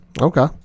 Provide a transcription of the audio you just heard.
Okay